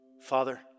Father